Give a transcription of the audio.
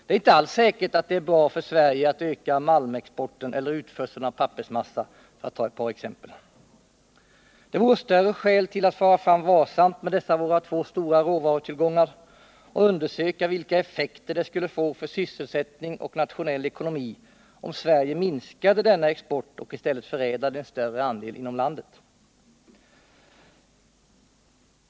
Det är inte alls säkert att det är bra för Sverige att öka malmexporten eller utförseln av pappersmassa, för att ta ett par exempel. Det vore större skäl att fara fram varsamt med dessa våra två stora råvarutillgångar och undersöka vilka effekter det skulle få på sysselsättning och nationell ekonomi om Sverige minskade denna export och i stället förädlade en större andel inom landet.